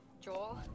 Joel